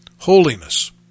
holiness